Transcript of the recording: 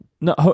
No